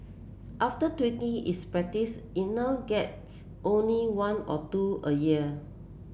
after tweaking is practice it now gets only one or two a year